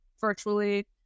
virtually